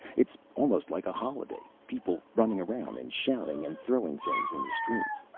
it's almost like a holiday. people running around and shouting and throwing things in the streets.